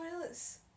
toilets